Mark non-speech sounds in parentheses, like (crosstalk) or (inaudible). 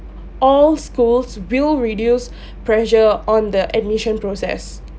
all schools will reduce (breath) pressure on the admission process